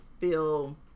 feel